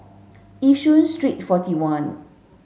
Yishun Street forty one